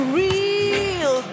real